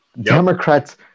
Democrats